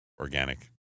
organic